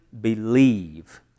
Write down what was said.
believe